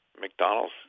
McDonald's